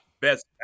best